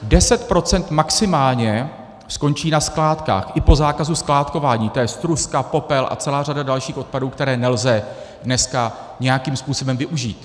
10 % maximálně skončí na skládkách i po zákazu skládkování to je struska, popel a celá řada dalších odpadů, které nelze dneska nějakým způsobem využít.